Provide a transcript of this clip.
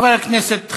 תודה.